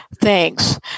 Thanks